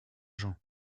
jean